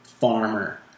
farmer